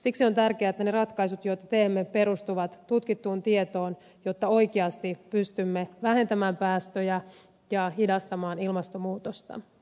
siksi on tärkeää että ne ratkaisut joita teemme perustuvat tutkittuun tietoon jotta oikeasti pystymme vähentämään päästöjä ja hidastamaan ilmastonmuutosta